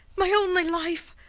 my only life!